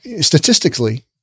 statistically